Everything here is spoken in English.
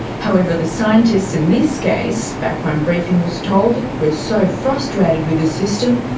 however, the scientists in this case, background briefing was told, were so frustrated with the system,